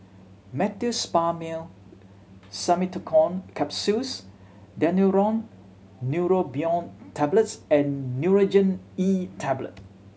Meteospasmyl Simeticone Capsules Daneuron Neurobion Tablets and Nurogen E Tablet